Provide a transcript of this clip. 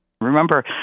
Remember